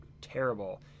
terrible